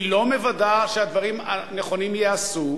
היא לא מוודאה שהדברים הנכונים ייעשו,